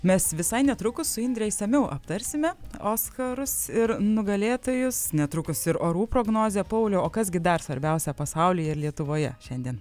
mes visai netrukus su indre išsamiau aptarsime oskarus ir nugalėtojus netrukus ir orų prognozė pauliau o kas gi dar svarbiausia pasaulyje ir lietuvoje šiandien